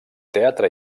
teatre